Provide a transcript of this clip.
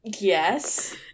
Yes